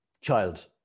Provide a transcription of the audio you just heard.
child